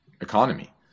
economy